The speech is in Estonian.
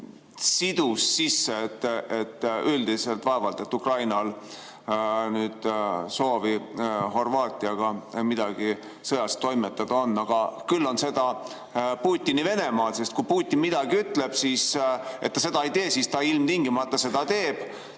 sidus, sest üldiselt vaevalt et Ukrainal on soovi Horvaatiaga midagi sõjas toimetada. Küll aga on seda Putini Venemaal, sest kui Putin midagi ütleb, et ta seda ei tee, siis ta ilmtingimata seda teeb.